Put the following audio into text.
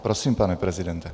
Prosím, pane prezidente.